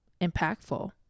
impactful